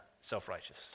self-righteous